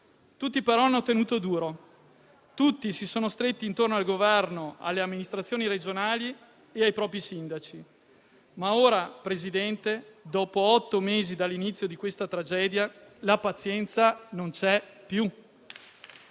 Tutti però hanno tenuto duro e si sono stretti intorno al Governo, alle amministrazioni regionali e ai propri sindaci. Ora però, signor Presidente, dopo otto mesi dall'inizio di questa tragedia, la pazienza non c'è più.